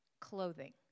clothing